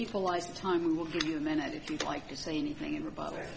equalize time we will give you a minute if you'd like to say anything about